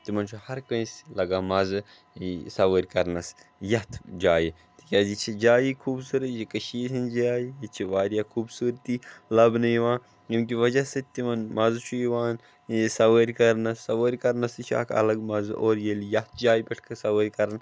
تِمن چھُ ہر کٲنٛسہِ لگان مَزٕ یہِ سوٲرۍ کرنس یَتھ جایہِ تِکیٛازِ یہِ چھِ جایی خوٗبصوٗرت یہِ کٔشیٖرٕ ہٕنٛز جاے یہِ چھِ واریاہ خوٗبصوٗرتی لبنہٕ یِوان ییٚمہِ کہِ وَجہ سٍتۍ تِمن مَزٕ چھُ یِوان یہِ سوٲرۍ کرنس سوٲرۍ کَرنس تہِ چھُ اَکھ الگ مَزٕ اور ییٚلہِ یتھ جایہِ پٮ۪ٹھ سوٲرۍ کرنہٕ